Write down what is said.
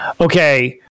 okay